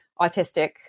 autistic